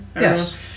yes